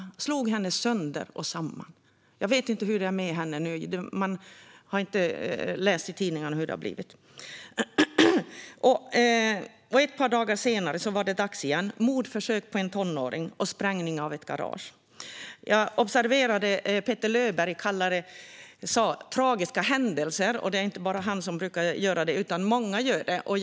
Han slog henne sönder och samman. Jag vet inte hur det är med henne nu. Jag har inte läst i tidningen hur det har gått. Ett par dagar senare var det dags igen med ett mordförsök på en tonåring och en sprängning av ett garage. Jag observerade att Petter Löberg kallade det här för tragiska händelser - och det är inte bara han som använder det uttrycket, utan det är många som gör det.